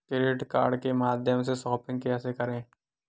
Credit card के माध्यम से शॉपिंग कैसे करें?